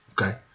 okay